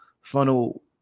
funnel